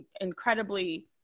incredibly